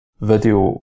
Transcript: video